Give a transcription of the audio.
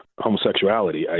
homosexuality